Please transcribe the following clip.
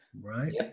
right